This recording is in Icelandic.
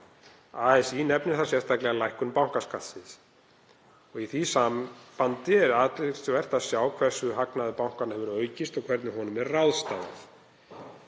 ASÍ nefnir þar sérstaklega lækkun bankaskattsins. Í því sambandi er athyglisvert að sjá hversu hagnaður bankanna hefur aukist og hvernig honum er ráðstafað.